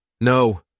No